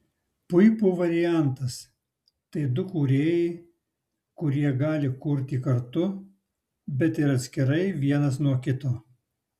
puipų variantas tai du kūrėjai kurie gali kurti kartu bet ir atskirai vienas nuo kito